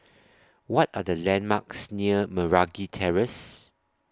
What Are The landmarks near Meragi Terrace